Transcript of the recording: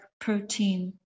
protein